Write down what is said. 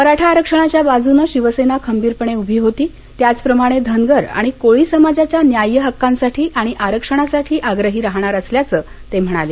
मराठा आरक्षणाच्या बाजूनं शिवसेना खंबीरपणे उभी होती त्याचप्रमाणे धनगर आणि कोळी समाजाच्या न्याय्य हक्कासाठी आणि आरक्षणासाठी आग्रही राहणार असल्याचं ते म्हणाले